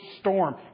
storm